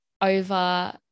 over